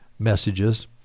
messages